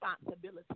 responsibility